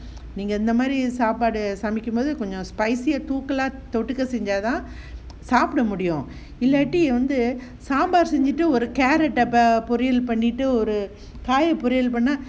இந்த மாறி சாப்பாடு சாமிக்கும் போது கொஞ்சம்:intha maari saapadu samikum pothu konjam spicy தூக்கலா தொட்டுக்க செஞ்சாதான் சாப்பிட முடியும் இல்லாட்டி வந்து சாம்பார் கூட ஒரு:thookala thottukk senjaathaan saapda mudiyum illati vanthu saambar kuda oru carrot டப்பா பொறியல பண்ணிட்டு காய் பொரியல் பண்ணி:dappa poriyal pannitu saai poriyal panni